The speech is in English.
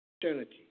Eternity